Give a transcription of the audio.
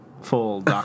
Full